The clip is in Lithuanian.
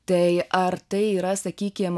tai ar tai yra sakykim